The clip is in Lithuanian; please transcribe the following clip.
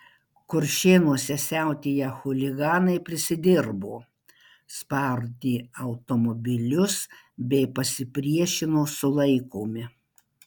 kuršėnuose siautėję chuliganai prisidirbo spardė automobilius bei pasipriešino sulaikomi